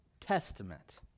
Testament